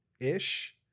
ish